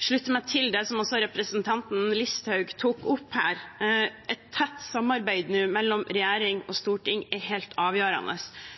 slutte meg til det som også representanten Listhaug tok opp her: Et tett samarbeid mellom regjering og storting er nå helt avgjørende.